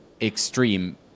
extreme